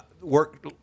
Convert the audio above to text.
work